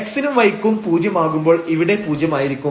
x നും y ക്കും പൂജ്യം ആകുമ്പോൾ ഇവിടെ പൂജ്യമായിരിക്കും